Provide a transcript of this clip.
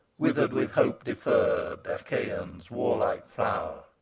withered with hope deferred th' achaeans' warlike flower.